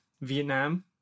Vietnam